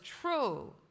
true